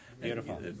Beautiful